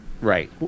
Right